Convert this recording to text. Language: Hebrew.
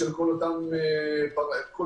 יש